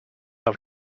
off